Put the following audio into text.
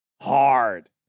hard